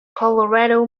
colorado